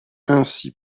ainsi